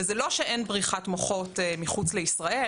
וזה לא שאין בריחת מוחות מחוץ לישראל,